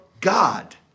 God